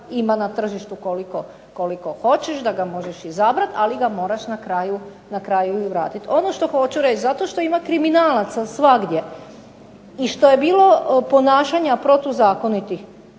ima na tržištu koliko hoćeš, da ga možeš izabrati, ali ga moraš na kraju i vratiti. Ono što hoću reći, zato što ima kriminalaca svagdje i što je bilo ponašanja protuzakonitih,